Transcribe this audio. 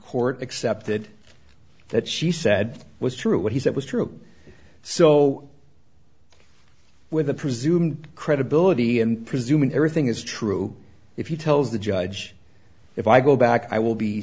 court accepted that she said was true what he said was true so with the presumed credibility i'm presuming everything is true if you tells the judge if i go back i will be